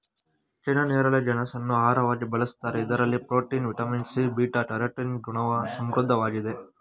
ಕೆನ್ನೇರಳೆ ಗೆಣಸನ್ನು ಆಹಾರವಾಗಿ ಬಳ್ಸತ್ತರೆ ಇದರಲ್ಲಿ protein, vitamin C, beta carotene ಗುಣಗಳು ಸಮೃದ್ಧವಾಗಿದೆ